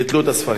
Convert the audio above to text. ביטלו את הספרים?